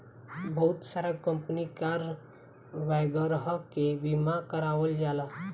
बहुत सारा company car वगैरह के बीमा करावल जाला